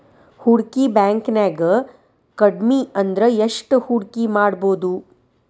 ಹೂಡ್ಕಿ ಬ್ಯಾಂಕ್ನ್ಯಾಗ್ ಕಡ್ಮಿಅಂದ್ರ ಎಷ್ಟ್ ಹೂಡ್ಕಿಮಾಡ್ಬೊದು?